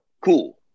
cool